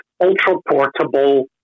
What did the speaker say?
ultra-portable